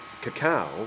cacao